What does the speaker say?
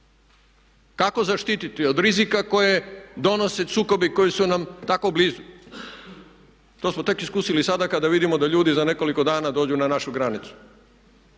Kako zaštiti od rizika koje donose sukobi koji su nam tako blizu? To smo tek iskusili tada kada vidimo da ljudi za nekoliko dana dođu na našu granicu.